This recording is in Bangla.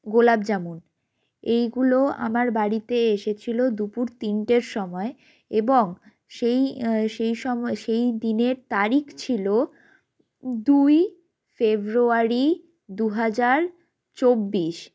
গোলাপ জামুন এইগুলো আমার বাড়িতে এসেছিল দুপুর তিনটের সময় এবং সেই সেই সময় সেই দিনের তারিখ ছিল দুই ফেব্রুয়ারি দু হাজার চব্বিশ